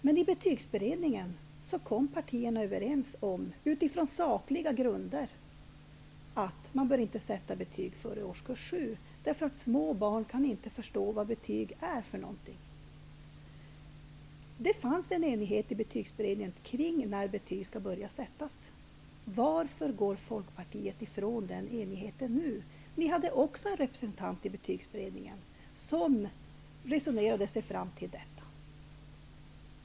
Men i Betygsberedningen kom partierna utifrån sakliga grunder överens om att man inte bör sätta betyg före årskurs 7, eftersom små barn kan inte förstå innebörden av betyg. Det fanns en enighet i Betygsberedningen kring när betyg skall börja sättas. Varför går Folkpartiet ifrån den enigheten nu? Också ni hade en representant i Betygsberedningen som var med och resonerade sig fram till detta.